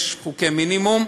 יש חוקי מינימום.